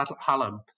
Hallam